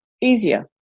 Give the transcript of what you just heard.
easier